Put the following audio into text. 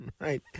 Right